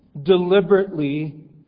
deliberately